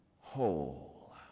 whole